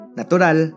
natural